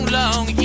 long